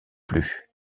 plus